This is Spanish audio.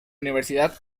universidad